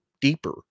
deeper